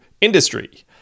industry